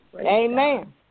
Amen